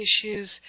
issues